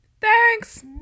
Thanks